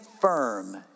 firm